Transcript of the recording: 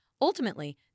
Ultimately